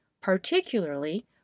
particularly